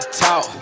talk